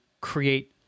create